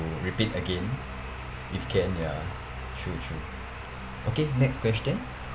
to repeat again if can ya true true okay next question